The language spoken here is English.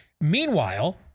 Meanwhile